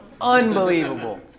unbelievable